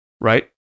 right